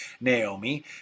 Naomi